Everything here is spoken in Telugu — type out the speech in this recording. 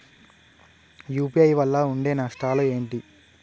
యూ.పీ.ఐ వల్ల ఉండే నష్టాలు ఏంటి??